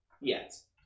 yes